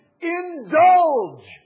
Indulge